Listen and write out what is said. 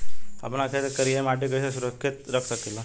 आपन खेत के करियाई माटी के कइसे सुरक्षित रख सकी ला?